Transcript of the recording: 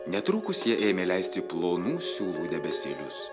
netrukus jie ėmė leisti plonų siūlų debesėlius